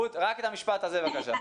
רות, רק את המשפט הזה בבקשה.